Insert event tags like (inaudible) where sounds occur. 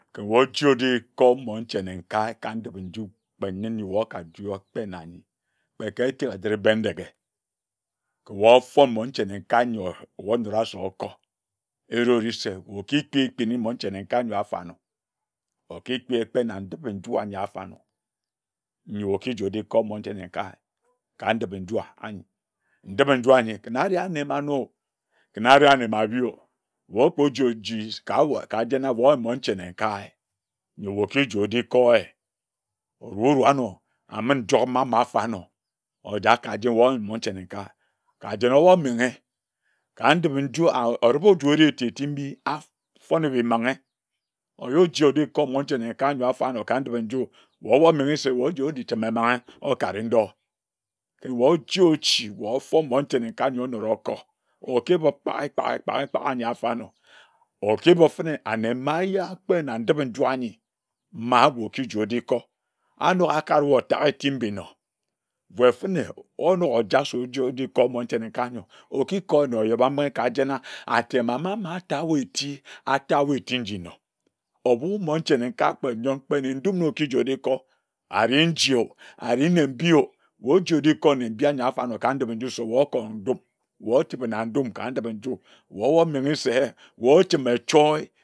Oji oji kor monche nenkae ka ndip nju kpe yen, nyi wee oka de okpe na nyi kpe ka etek ejit-re Bendeg he, wue ofon monche nenkae yor ono-ra se okor, ehri-ori se oki kpi ekpin-ni monche nenkae ayor a fon-anor. Oki kpi ekpe na ndip-enju ayi a-for-anor, nyi oki ji oji kor moche nenkae ka ndip-enju ahyi. Ndip-enju ahyi kǝn ani ane mma bhi-o kǝn ari ane mma nor-o. Wue okpo ji-o-ji ka jen-na wue oyen monche nenkae yor wue oki ji oji kor-ehye, oru-oru-weh anor na amit njogham anor ojak ka jen oyen monche nenkae ka jen o-mo menghe ndip nju, ohrip oju ori eti-eti mbi afonne bhi manghe. Oyi oji oji kor monche nenkae ahyo afor-anor ka ndip-enju, wue o-mo-mneghe se oji cheme emmanghe okare ndio. Kǝn wue oji ochi, wue ofon monche nenkae nyor wue onora okor, oki beb (noise) oki beb nfene ane mma ayi akpe na ndip-enju anyi mma wue oki ji oni kor a nok akara otak-eti mbi nor, wue fen-ne, onok ojak se oji kor monche nenkae ahyo, oki kor-eh na oyebambinghe ka jen-na, atem a ma mma ata wue eti, ata wue eti nji nor. Oh bu monche nenkae kpe yong, kpe ne-ndum na oki ji oji kor, ari njie-o, ari nne mbhi-o, wue oji oji kor nne mbhi ayor afor-ahnor kandip-enju ahyi se we okor ndum, wue ochibe na ndum ka ndip-enju, wue o-mo menghe se, wue ochibe na ndum, wue o-mo menghe se wue ochim-eh echio.